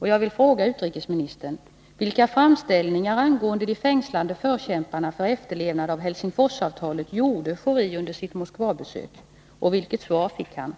Jag vill fråga utrikesministern: Vilka framställningar angående de fängslade förkämparna för efterlevnad av Helsingforsavtalet gjorde Schori under sitt Moskvabesök? Och vilket svar fick han?